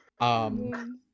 Um-